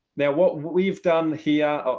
now what we've done here,